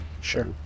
Sure